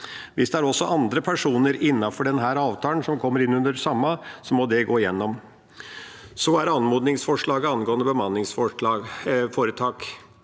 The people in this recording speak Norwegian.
Hvis det også er andre personer innenfor denne avtalen som kommer inn under det samme, må det gås igjennom. Så er det anmodningsforslaget angående bemanningsforetak: